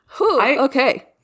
Okay